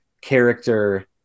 character